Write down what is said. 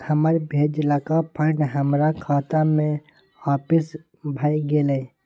हमर भेजलका फंड हमरा खाता में आपिस भ गेलय